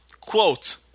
Quote